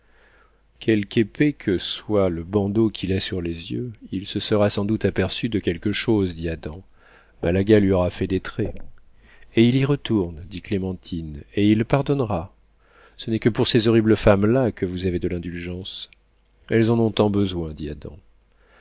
quelque épais que soit le bandeau qu'il a sur les yeux il se sera sans doute aperçu de quelque chose dit adam malaga lui aura fait des traits et il y retourne dit clémentine et il pardonnera ce n'est que pour ces horribles femmes-là que vous avez de l'indulgence elles en ont tant besoin